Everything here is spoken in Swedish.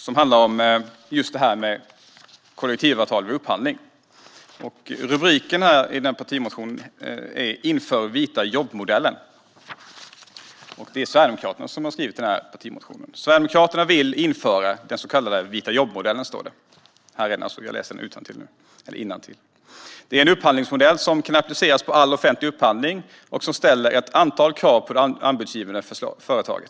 Den handlar om just detta med kollektivavtal vid upphandling och har rubriken "Inför vita-jobb-modellen". Jag läser innantill: " Sverigedemokraterna vill införa den så kallade vita-jobb-modellen. Det är en upphandlingsmodell som kan appliceras på all offentlig upphandling och som ställer ett antal krav på det anbudsgivande företaget."